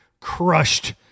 crushed